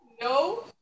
No